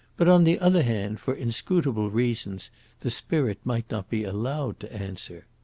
but on the other hand, for inscrutable reasons the spirit might not be allowed to answer.